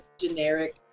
generic